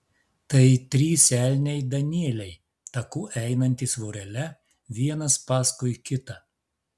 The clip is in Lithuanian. tai trys elniai danieliai taku einantys vorele vienas paskui kitą